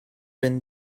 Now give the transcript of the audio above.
been